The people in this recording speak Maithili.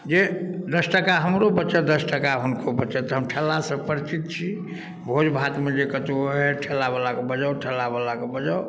जे दस टका हमरो बचै दस टका हुनको बचै तऽ हम ठेलासँ परिचित छी भोज भातमे जे कतहु ठेलावलाके बजाउ ठेलावलाके बजाउ